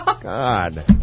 God